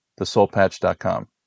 thesoulpatch.com